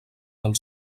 del